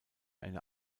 eine